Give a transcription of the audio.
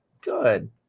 Good